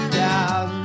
down